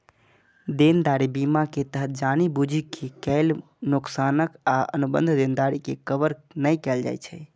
देनदारी बीमा के तहत जानि बूझि के कैल नोकसान आ अनुबंध देनदारी के कवर नै कैल जाइ छै